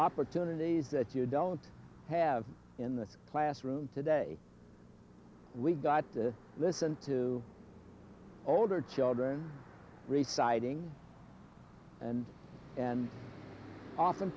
opportunities that you don't have in the classroom today we've got to listen to older children reciting and and often